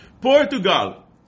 Portugal